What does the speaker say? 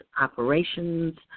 operations